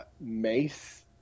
Mace